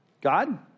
God